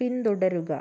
പിന്തുടരുക